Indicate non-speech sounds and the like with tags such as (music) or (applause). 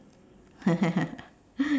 (laughs)